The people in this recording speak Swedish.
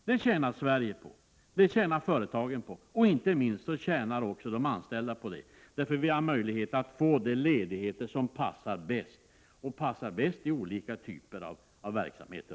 Det tjänar Sverige på, det tjänar företagen på, och det tjänar inte minst de anställda på, för vi har möjlighet att få de ledigheter som passar bäst i olika typer av verksamheter.